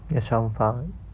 yes how about it